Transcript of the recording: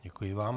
Děkuji vám.